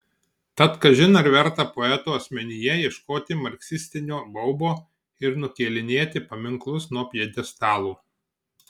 tad kažin ar verta poeto asmenyje ieškoti marksistinio baubo ir nukėlinėti paminklus nuo pjedestalų